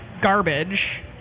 garbage